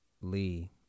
Lee